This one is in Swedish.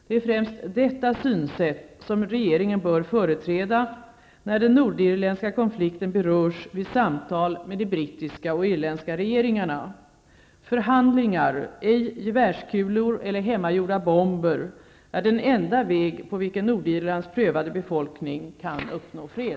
Det är främst detta synsätt som regeringen bör företräda när den nordirländska konflikten berörs vid samtal med de brittiska och irländska regeringarna. Förhandlingar, ej gevärskulor eller hemmagjorda bomber, är den enda väg på vilken Nordirlands prövade befolkning kan uppnå fred.